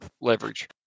leverage